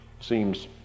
seems